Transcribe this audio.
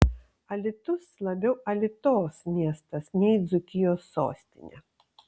alytus labiau alitos miestas nei dzūkijos sostinė